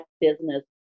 business